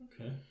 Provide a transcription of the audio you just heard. Okay